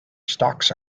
stocks